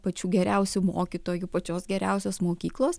pačių geriausių mokytojų pačios geriausios mokyklos